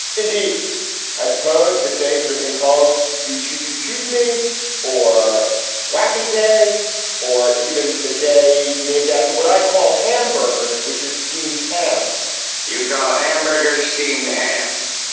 indeed i suppose this day could have been called youtube to choose me or whacking day or even the day named after what i call hamburgers which is steamed hams you ah hamburgers steamed hams.